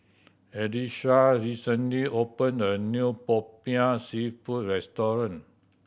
Elisha recently opened a new Popiah Seafood restaurant